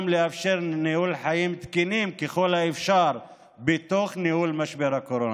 גם לאפשר ניהול חיים תקינים ככל האפשר בתוך ניהול משבר הקורונה.